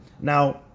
now